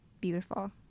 beautiful